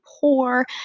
poor